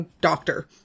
doctor